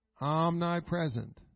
omnipresent